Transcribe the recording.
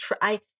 try